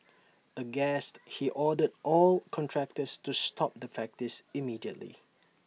aghast he ordered all contractors to stop the practice immediately